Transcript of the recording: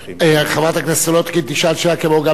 חברת הכנסת סולודקין תשאל שאלה, כמו גם דב חנין.